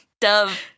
Dove